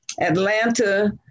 Atlanta